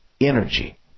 Energy